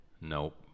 Nope